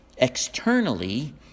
externally